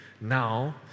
now